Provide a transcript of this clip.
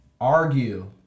Argue